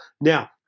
Now